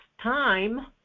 time